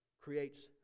creates